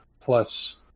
plus